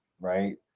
right